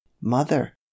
Mother